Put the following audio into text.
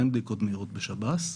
אין בדיקות מהירות בשב"ס.